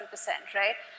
right